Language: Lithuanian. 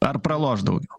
ar praloš daugiau